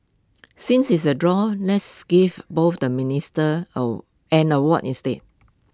since it's A draw let's give both the ministers or an award instead